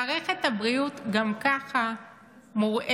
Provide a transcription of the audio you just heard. מערכת הבריאות גם כך מורעבת.